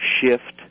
shift